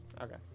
Okay